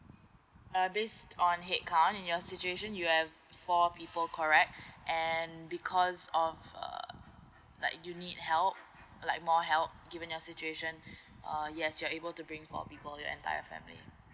uh based on headcount in your situation you have four people correct and because of uh like you need help like more help given your situation uh yes you are able to bring four people your entire family